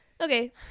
okay